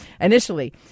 initially